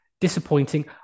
disappointing